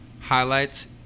highlights